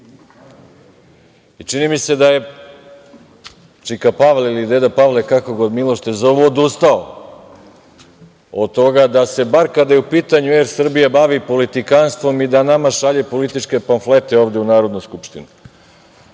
Čini mi se da je čika Pavle, deda Pavle, kako ga od milošte zovu, odustao od toga da se bar kada je u pitanju „ER Srbija“ bavi politikanstvom i da nama šalje političke pamflete ovde u Narodnu skupštinu. Ali,